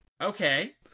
okay